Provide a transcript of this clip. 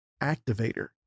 activator